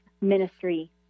ministry